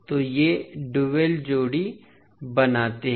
तो ये डुअल जोड़ी बनाते हैं